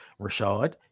Rashad